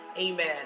Amen